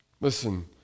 Listen